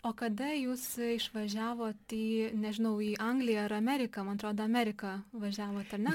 o kada jūs išvažiavot į nežinau į angliją ar ameriką man atrodo ameriką važiavot ar ne